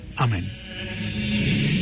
Amen